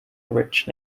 rich